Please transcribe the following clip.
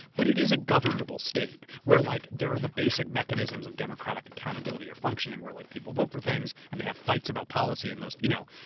but it is a governable state where like there are the basic mechanisms of democratic accountability are functioning where like people vote for things and they have fights about policy and those, you know,